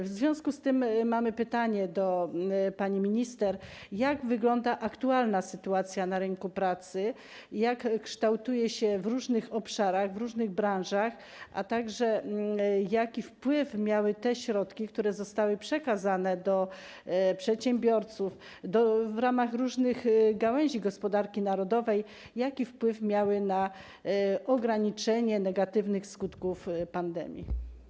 W związku z tym mamy pytanie do pani minister: Jak wygląda aktualna sytuacja na rynku pracy, jak kształtuje się w różnych obszarach, w różnych branżach, a także jaki wpływ miały te środki, które zostały przekazane do przedsiębiorców w ramach różnych gałęzi gospodarki narodowej, na ograniczenie negatywnych skutków pandemii?